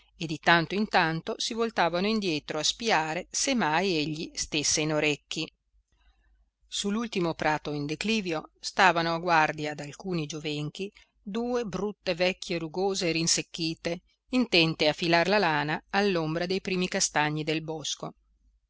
e di tanto in tanto si voltavano indietro a spiare se mai egli stesse in orecchi su l'ultimo prato in declivio stavano a guardia d'alcuni giovenchi due brutte vecchie rugose e rinsecchite intente a filar la lana all'ombra dei primi castagni del bosco